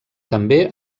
també